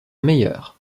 meilleure